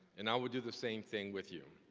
and i will do the same thing with you.